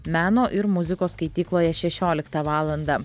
meno ir muzikos skaitykloje šešioliktą valandą